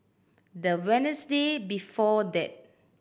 the Wednesday before that